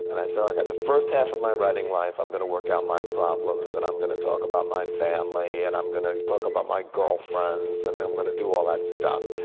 and i saw, okay. the first half of my writing life, i'm gonna work out my problems, and i'm gonna talk about my family, and i'm gonna talk about my girlfriends, and i'm gonna do all that stuff.